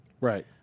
Right